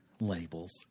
labels